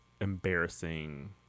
embarrassing